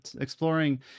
exploring